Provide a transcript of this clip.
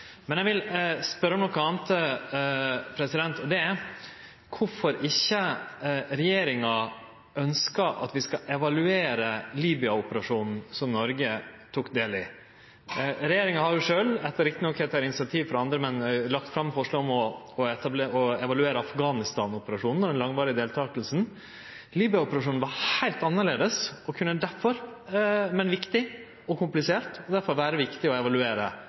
Men eg vil spørje om noko anna, og det er kvifor regjeringa ikkje ønskjer at vi skal evaluere Libya-operasjonen, som Noreg tok del i. Regjeringa har jo sjølv, rett nok etter initiativ frå andre, lagt fram forslag om å evaluere den langvarige deltakinga i Afghanistan-operasjonen. Libya-operasjonen var heilt annleis, men viktig og komplisert, og kunne difor vere viktig å evaluere.